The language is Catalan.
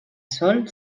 sol